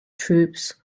troops